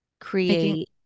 create